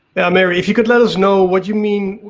yeah mary, if you could let us know what you mean,